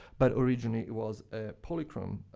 but originally it was a polychrome